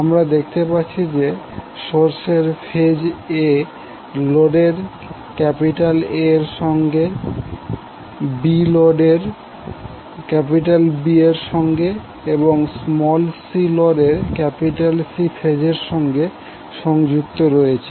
আমরা দেখতে পাচ্ছি যে সোর্স এর ফেজ a লোডের A এর সঙ্গে b লোডের B এর সঙ্গে এবং c লোডের C ফেজের এর সঙ্গে সংযুক্ত রয়েছে